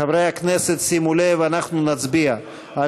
חברי הכנסת, שימו לב, אנחנו נצביע על